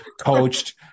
coached